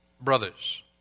brothers